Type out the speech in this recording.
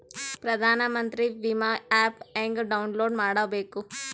ಪ್ರಧಾನಮಂತ್ರಿ ವಿಮಾ ಆ್ಯಪ್ ಹೆಂಗ ಡೌನ್ಲೋಡ್ ಮಾಡಬೇಕು?